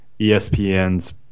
espn's